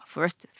First